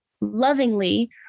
lovingly